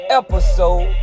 episode